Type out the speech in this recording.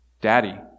Daddy